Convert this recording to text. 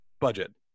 budget